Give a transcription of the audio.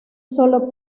solo